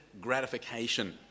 gratification